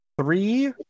three